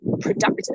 productive